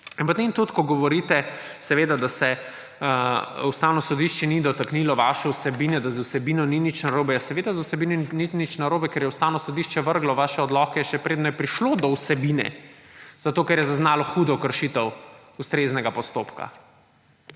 In potem ko govorite, da se Ustavno sodišče ni dotaknilo vaše vsebine, da z vsebino ni nič narobe, ja, seveda z vsebino ni nič narobe, ker je Ustavno sodišče ovrglo vaše odloke, še preden je prišlo do vsebine, ker je zaznalo hudo kršitev ustreznega postopka.